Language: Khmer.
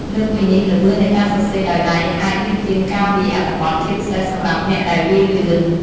លើសពីនេះ ល្បឿននៃការសរសេរដោយដៃអាច យឺតជាងការវាយ អត្ថបទ ជាពិសេសសម្រាប់អ្នកដែលវាយលឿន។